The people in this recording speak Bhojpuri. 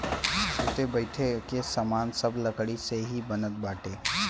सुते बईठे के सामान सब लकड़ी से ही बनत बाटे